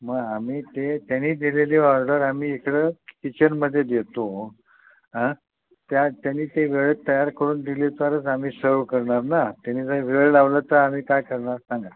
मग आम्ही ते त्यानी दिलेली ऑर्डर आम्ही इकडं किचनमध्ये देतो त्या त्यानी ते वेळेत तयार करून दिली तरच आम्ही सर्व करणार ना त्यानी जर वेळ लावला तर आम्ही काय करणार सांगा